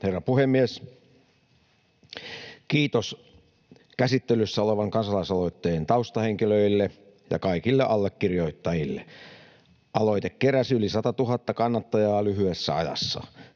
herra puhemies! Kiitos käsittelyssä olevan kansalaisaloitteen taustahenkilöille ja kaikille allekirjoittajille. Aloite keräsi yli 100 000 kannattajaa lyhyessä ajassa.